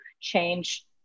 change